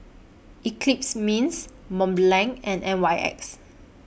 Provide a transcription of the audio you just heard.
Eclipse Mints Mont Blanc and N Y X